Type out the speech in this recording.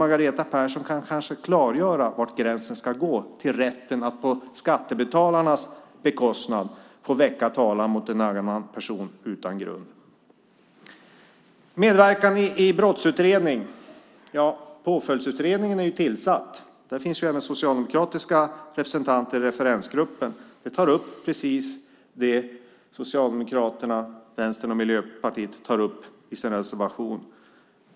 Margareta Persson kan kanske klargöra var gränsen ska gå när det gäller rätten att på skattebetalarnas bekostnad få väcka talan mot en annan person utan grund. När det gäller medverkan i brottsutredning vill jag säga att Påföljdsutredningen är tillsatt. Där finns det även socialdemokratiska representanter i referensgruppen. Den tar upp precis det som Socialdemokraterna, Vänstern och Miljöpartiet tar upp i sin reservation.